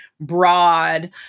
broad